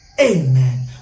Amen